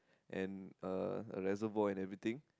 and uh a reservoir and everything